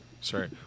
Sorry